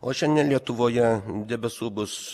o šiandien lietuvoje debesų bus